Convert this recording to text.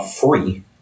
free